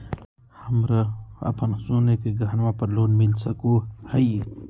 हमरा अप्पन सोने के गहनबा पर लोन मिल सको हइ?